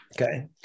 Okay